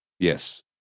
Yes